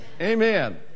Amen